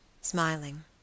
smiling